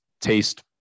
taste